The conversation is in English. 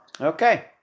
Okay